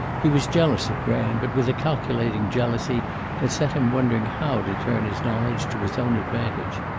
he was jealous of graham, but with a calculating jealousy that set him wondering how to turn his knowledge to his own advantage.